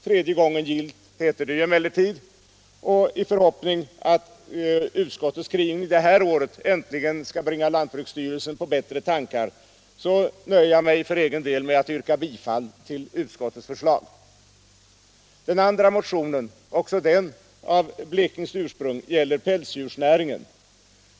Tredje gången gillt heter det emellertid, och i förhoppning att utskottets skrivning det här året äntligen skall bringa lantbruksstyrelsen på bättre tankar nöjer jag mig för egen del med att yrka bifall till utskottets förslag. Den andra motionen, även den av blekingskt ursprung, gäller pälsdjursnäringen.